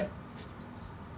what